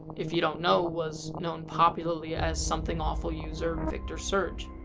if you don't know, was known popularly as something awful user, victor surge.